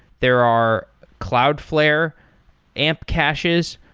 there are cloudflare amp caches.